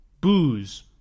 Booze